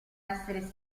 essere